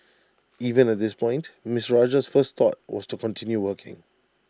even at this point Ms Rajah's first thought was to continue working